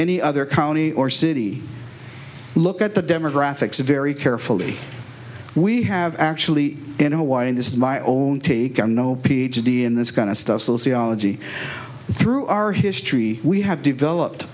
any other county or city look at the demographics very carefully we have actually in hawaii this is my own take on no ph d in this kind of stuff sociology through our history we have developed